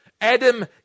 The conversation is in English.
Adam